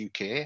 UK